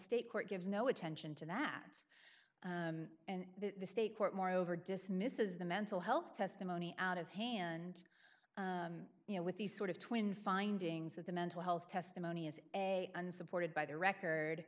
state court gives no attention to that and the state court moreover dismisses the mental health testimony out of hand you know with these sort of twin findings that the mental health testimony is a unsupported by the record